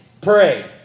pray